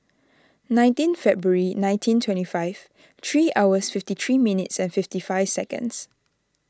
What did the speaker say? nineteen February nineteen twenty five three hours fifty three minutes and fifty five seconds